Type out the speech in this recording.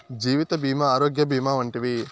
జీవిత భీమా ఆరోగ్య భీమా వంటివి